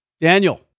Daniel